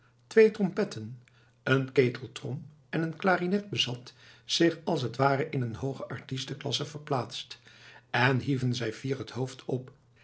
twee trompetten een keteltrom en een klarinet bezat zich als t ware in een hoogere artistenklasse verplaatst en hieven zij fier het hoofd op